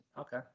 okay